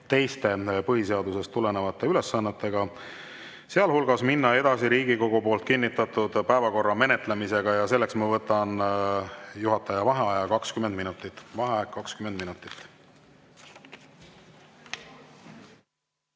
teiste põhiseadusest tulenevate ülesannetega, sealhulgas minna edasi Riigikogu kinnitatud päevakorra menetlemisega. Selleks ma võtan juhataja vaheaja 20 minutit.